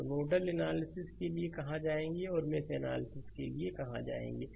तो nodal analysis के लिए कहां जाएंगे औरमेश एनालिसिस के लिए कहां जाएंगे